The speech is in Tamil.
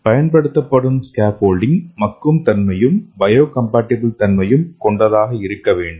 பயன்படுத்தப்படும் ஸ்கேஃபோல்டிங் மக்கும் தன்மையும் பயோகம்பாட்டிபிள் தன்மையும் கொண்டதாக இருக்க வேண்டும்